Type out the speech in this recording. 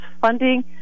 funding